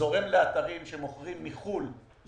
זורם לאתרים שמוכרים בחו"ל.